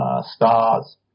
stars